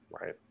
Right